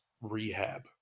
rehab